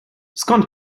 skąd